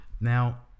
Now